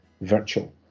virtual